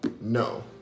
No